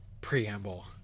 preamble